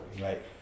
right